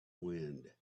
wind